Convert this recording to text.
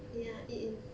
ya it is